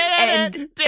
and-